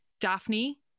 Daphne